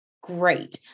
great